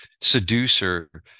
seducer